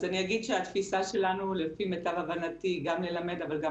אז אני אגיד שהתפיסה שלנו לפי מיטב הבנתי גם ללמד אבל גם